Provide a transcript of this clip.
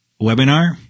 webinar